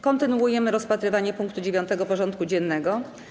Kontynuujemy rozpatrywanie punktu 9. porządku dziennego: